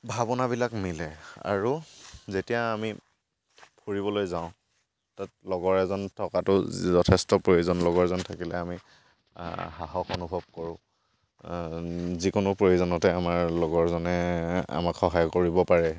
ভাৱনাবিলাক মিলে আৰু যেতিয়া আমি ফুৰিবলৈ যাওঁ তাত লগৰ এজন থকাটো যথেষ্ট প্ৰয়োজন লগৰ এজন থাকিলে আমি সাহস অনুভৱ কৰোঁ যিকোনো প্ৰয়োজনতে আমাৰ লগৰজনে আমাক সহায় কৰিব পাৰে